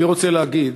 אני רוצה להגיד